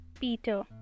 Peter